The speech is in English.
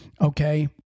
Okay